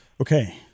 Okay